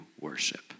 worship